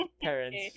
parents